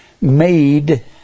made